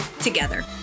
together